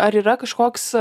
ar yra kažkoks